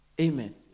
Amen